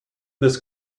this